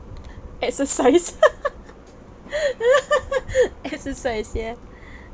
exercise exercise ya